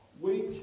Weak